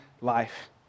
life